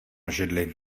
židli